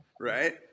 right